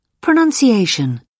Pronunciation